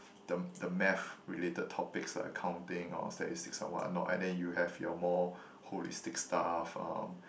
the the math related topics like accounting or statistics or what not and then you have your more holistic stuff um